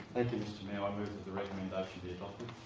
you know i move that the recommendation be adopted.